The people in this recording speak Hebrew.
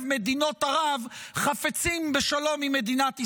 מדינות ערב חפצים בשלום עם מדינת ישראל.